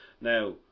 Now